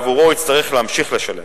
ועבורו הוא יצטרך להמשיך לשלם.